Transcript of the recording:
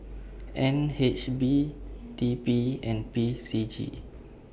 N H B T P and P C G